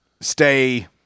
stay